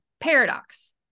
paradox